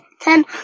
ten